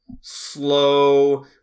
slow